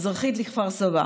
מזרחית לכפר סבא,